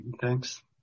Thanks